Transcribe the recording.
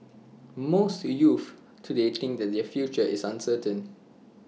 most youths today think that their future is uncertain